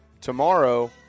tomorrow